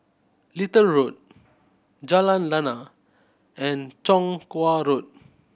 Little Road Jalan Lana and Chong Kuo Road